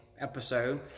episode